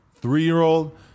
three-year-old